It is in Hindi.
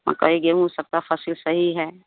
मकई गेहूँ सबका फसल सही है